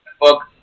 book